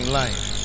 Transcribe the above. life